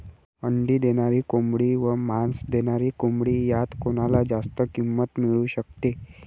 अंडी देणारी कोंबडी व मांस देणारी कोंबडी यात कोणाला जास्त किंमत मिळू शकते?